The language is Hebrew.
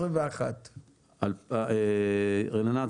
2021. רננה,